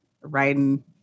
riding